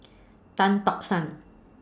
Tan Tock San